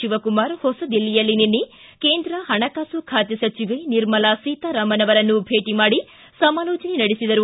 ಶಿವಕುಮಾರ್ ಹೊಸದಿಲ್ಲಿಯಲ್ಲಿ ನಿನ್ನೆ ಕೇಂದ್ರ ಪಣಕಾಸು ಖಾತೆ ಸಚಿವೆ ನಿರ್ಮಲಾ ಸೀತಾರಾಮನ್ ಅವರನ್ನು ಭೇಟಿ ಮಾಡಿ ಸಮಾಲೋಚನೆ ನಡೆಸಿದರು